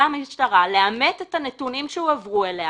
המשטרה לאמת את הנתונים שהועברו אליה,